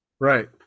Right